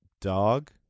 dog